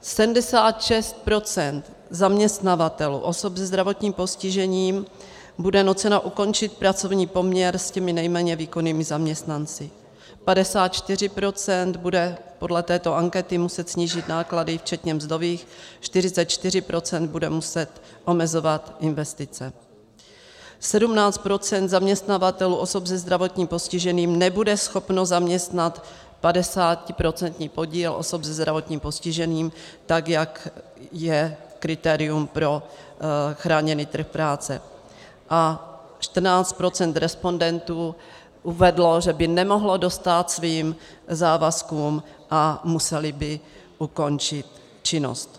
76 % zaměstnavatelů osob se zdravotním postižením bude nuceno ukončit pracovní poměr s těmi nejméně výkonnými zaměstnanci, 54 % bude podle této ankety muset snížit náklady včetně mzdových, 44 % bude muset omezovat investice, 17 % zaměstnavatelů osob se zdravotním postižením nebude schopno zaměstnat 50% podíl osob se zdravotním postižením, tak jak je kritériem pro chráněný trh práce, a 14 % respondentů uvedlo, že by nemohlo dostát svým závazkům a museli by ukončit činnost.